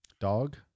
Dog